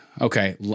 okay